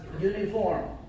uniform